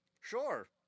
Sure